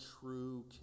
true